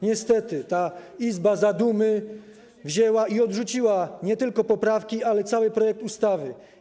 Niestety ta Izba zadumy wzięła i odrzuciła nie tylko poprawki, ale cały projekt ustawy.